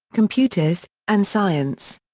computers, and science.